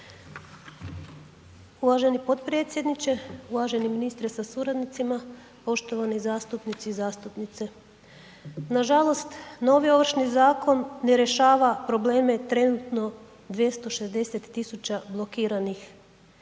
Uvaženi potpredsjedniče, uvaženi ministre sa suradnicima, poštovani zastupnici i zastupnice. Nažalost, novi Ovršni zakon ne rješava probleme trenutno 260 000 blokiranih